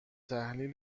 تحلیل